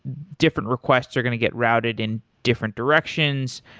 different requests are going to get routed in different directions.